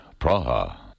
Praha